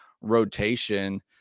rotation